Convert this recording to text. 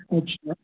अछा